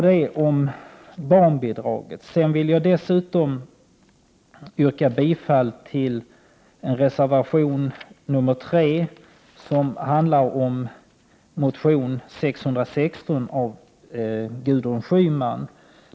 Sedan vill jag yrka bifall till reservation 3, som är föranledd av motion 1988/89:S0616 av Gudrun Schyman.